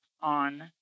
on